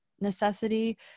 necessity